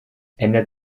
ändert